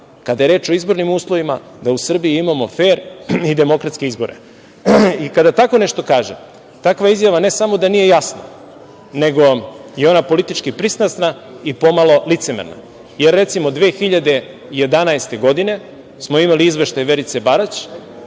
kada je reč o izbornim uslovima da u Srbiji imamo fer i demokratske izbore. Kada tako nešto kažem, takva izjava ne samo da nije jasna, nego je ona politički pristrasna i po malo licemerna, jer, recimo, 2011. godine smo imali izveštaj Verice Barać,